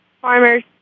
farmers